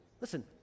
listen